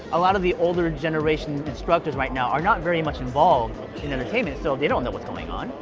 a lot of the older generation instructors right now, are not very much involved in entertainment so they don't know what's going on.